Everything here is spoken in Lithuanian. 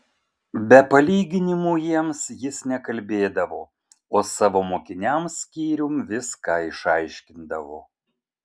be palyginimų jiems jis nekalbėdavo o savo mokiniams skyrium viską išaiškindavo